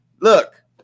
Look